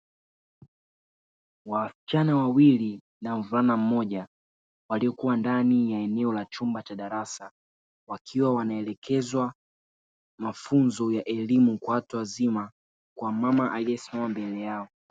Wasichana wawili na mvulana mmoja walikua ndani ya eneo la chumba cha darasa, wakiwa wanaelekezwa mafunzo ya elimu kwa watu wazima kwa mama aliyesimama mbele yao.